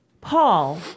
Paul